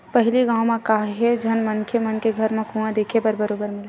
पहिली गाँव म काहेव झन मनखे मन के घर म कुँआ देखे बर बरोबर मिलय